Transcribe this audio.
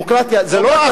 דמוקרטיה זה לא רק להשפיע,